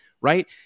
right